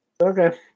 okay